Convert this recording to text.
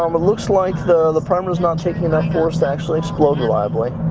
um it looks like the, the primer is not taking enough force to actually explode the lively.